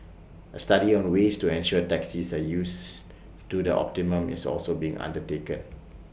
A study on the ways to ensure taxis are used to the optimum is also being undertaken